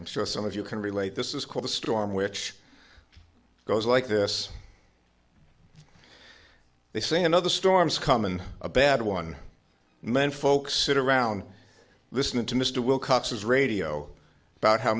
i'm sure some of you can relate this is called a storm which goes like this they say another storms come and a bad one menfolk sit around listening to mr wilcox's radio about how